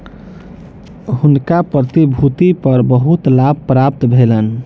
हुनका प्रतिभूति पर बहुत लाभ प्राप्त भेलैन